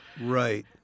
right